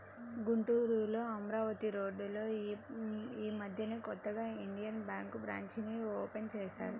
గుంటూరులో అమరావతి రోడ్డులో యీ మద్దెనే కొత్తగా ఇండియన్ బ్యేంకు బ్రాంచీని ఓపెన్ చేశారు